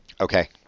okay